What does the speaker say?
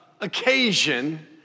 occasion